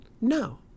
No